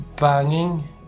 banging